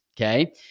okay